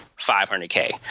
500K